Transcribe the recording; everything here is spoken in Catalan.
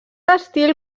estil